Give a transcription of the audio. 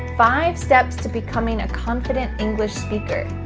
five steps to becoming a confident english speaker.